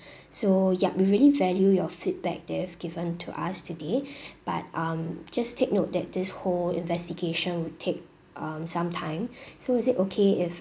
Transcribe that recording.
so yup we really value your feedback that you've given to us today but um just take note that this whole investigation will take um some time so is it okay if